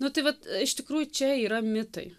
nu tai vat iš tikrųjų čia yra mitai